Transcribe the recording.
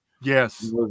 Yes